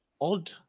odd